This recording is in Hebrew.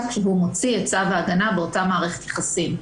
כשהוא מוציא את צו ההגנה באותה מערכת יחסים.